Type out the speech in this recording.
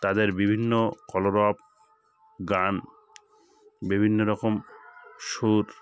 তাদের বিভিন্ন কলরব গান বিভিন্ন রকম সুর